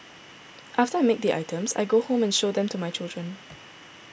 after I make the items I go home and show them to my children